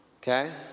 okay